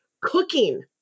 cooking